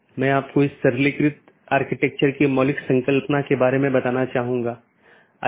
यह प्रत्येक सहकर्मी BGP EBGP साथियों में उपलब्ध होना चाहिए कि ये EBGP सहकर्मी आमतौर पर एक सीधे जुड़े हुए नेटवर्क को साझा करते हैं